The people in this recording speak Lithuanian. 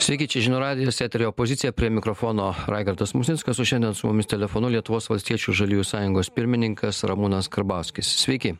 sveiki čia žinių radijas eteryje opozicija prie mikrofono raigardas musnickas o šiandien su mumis telefonu lietuvos valstiečių žaliųjų sąjungos pirmininkas ramūnas karbauskis sveiki